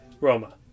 Roma